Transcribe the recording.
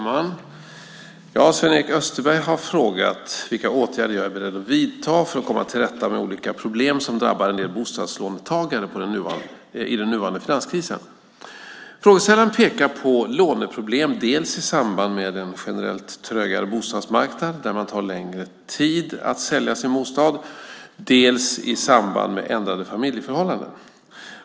Herr talman! Sven-Erik Österberg har frågat vilka åtgärder jag är beredd att vidta för att komma till rätta med olika problem som drabbar en del bostadslåntagare i den nuvarande finanskrisen. Frågeställaren pekar på låneproblem dels i samband med en generellt trögare bostadsmarknad där det tar längre tid att sälja sin bostad, dels i samband med ändrade familjeförhållanden.